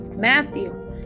Matthew